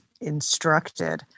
instructed